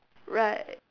right